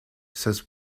says